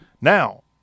Now